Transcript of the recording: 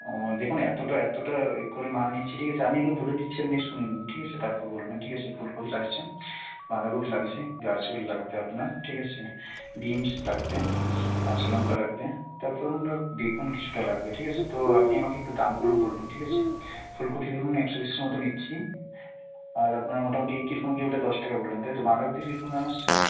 ও দেখুন এতোটা এতোটা করে মাল নিচ্ছি ঠিক আছে আমি আগে বলে দিচ্ছি আপনি শুনে নিন ঠিক আছে তারপর বলবেন ঠিক আছে ফুলকপি লাগছে বাঁধাকপি লাগছে গাজর লাগবে আপনার ঠিক আছে বিনস লাগবে কাঁচা লঙ্কা লাগবে তারপরে মনে হয় বেগুন কিছুটা লাগবে ঠিক আছে তো আপনি আমাকে একটু দামগুলো বলুন ঠিক আছে ফুলকপি ধরুন একশো দেড়শোর মতো নিচ্ছি আর আপনার মোটামুটি কি রকম কি ওইটা দশ টাকা বললেন তাই তো বাঁধাকপির কি রকম দাম আসছে